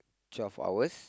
twelve hours